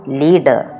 leader